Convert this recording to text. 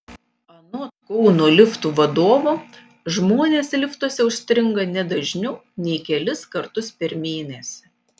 anot kauno liftų vadovo žmonės liftuose užstringa ne dažniau nei kelis kartus per mėnesį